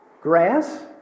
grass